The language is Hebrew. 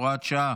הוראת שעה,